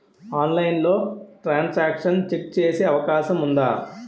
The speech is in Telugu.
ఆన్లైన్లో ట్రాన్ సాంక్షన్ చెక్ చేసే అవకాశం ఉందా?